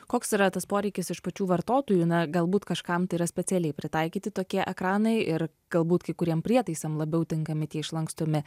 koks yra tas poreikis iš pačių vartotojų na galbūt kažkam tai yra specialiai pritaikyti tokie ekranai ir galbūt kai kuriem prietaisam labiau tinkami tie išlankstomi